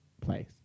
place